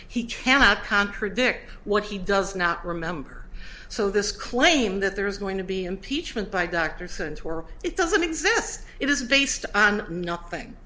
he cannot contradict what he does not remember so this claim that there is going to be impeachment by dr sent or it doesn't exist it is based on nothing